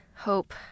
hope